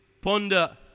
ponder